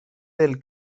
del